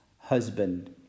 husband